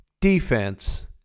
defense